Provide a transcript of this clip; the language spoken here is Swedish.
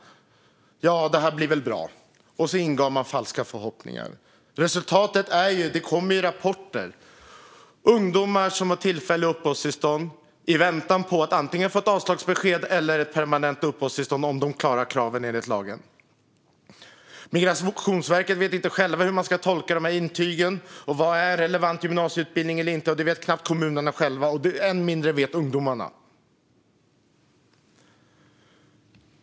Det här blir väl bra, sa man, och så ingav man falska förhoppningar. Vi kan se resultatet. Det kommer rapporter. Ungdomar har tillfälliga uppehållstillstånd i väntan på att få antingen ett avslagsbesked eller - om de klarar kraven enligt lagen - ett permanent uppehållstillstånd. På Migrationsverket vet man inte hur man ska tolka intygen och vad som är en relevant gymnasieutbildning och inte. Det vet knappt kommunerna själva. Än mindre vet ungdomarna.